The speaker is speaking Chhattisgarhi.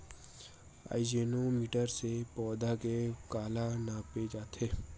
आकजेनो मीटर से पौधा के काला नापे जाथे?